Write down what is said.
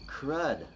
crud